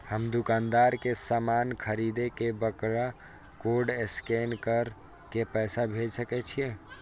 हम दुकानदार के समान खरीद के वकरा कोड स्कैन काय के पैसा भेज सके छिए?